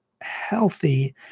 healthy